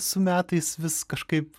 su metais vis kažkaip